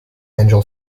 angel